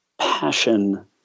passion